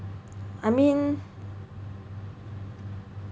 I mean